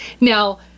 Now